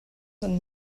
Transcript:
and